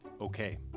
Okay